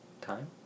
time